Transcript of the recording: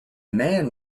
man